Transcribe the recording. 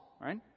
right